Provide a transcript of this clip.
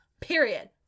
Period